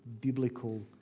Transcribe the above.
biblical